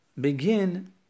begin